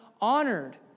honored